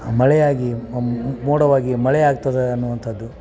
ಮಳೆ ಆಗಿ ಮೋಡವಾಗಿ ಮಳೆ ಆಗ್ತದೆ ಅನ್ನುವಂಥದ್ದು